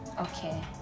Okay